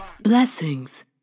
Blessings